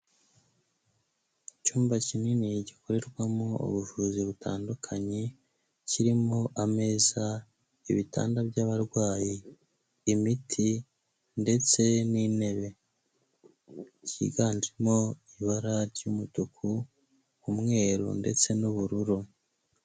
Icyumba kinini gikorerwamo ubuvuzi butandukanye, kirimo ameza, ibitanda by'abarwayi, imiti ndetse n'intebe, cyiganjemo ibara ry'umutuku, umweru, ndetse n'ubururu.